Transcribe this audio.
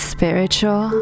Spiritual